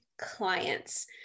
clients